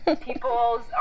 people's